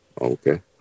okay